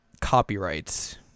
copyrights